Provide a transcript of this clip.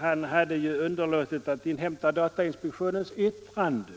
Han hade ju underlåtit att inhämta datainspektionens yttrande